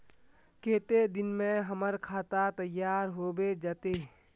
केते दिन में हमर खाता तैयार होबे जते?